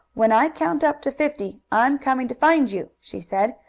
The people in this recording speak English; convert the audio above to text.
when i count up to fifty, i'm coming to find you, she said,